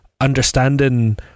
understanding